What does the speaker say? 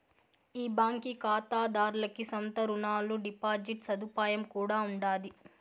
ఈ బాంకీ కాతాదార్లకి సొంత రునాలు, డిపాజిట్ సదుపాయం కూడా ఉండాది